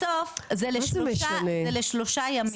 בסוף זה לשלושה ימים,